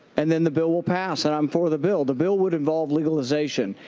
and then the bill will pass, and i'm for the bill. the bill would involve legalization.